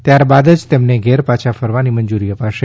ત્યારબાદ જ તેમને ઘેર પાછા ફરવાની મંજૂરી અપાશે